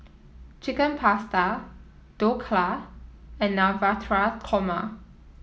Chicken Pasta Dhokla and Korma